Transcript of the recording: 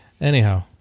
Anyhow